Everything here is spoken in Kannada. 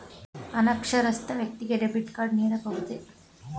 ಅನಕ್ಷರಸ್ಥ ವ್ಯಕ್ತಿಗೆ ಡೆಬಿಟ್ ಕಾರ್ಡ್ ನೀಡಬಹುದೇ?